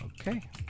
Okay